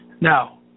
Now